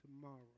tomorrow